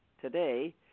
today